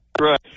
Right